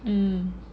mm